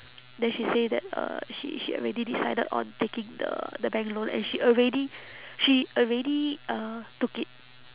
then she say that uh she she already decided on taking the the bank loan and she already she already uh took it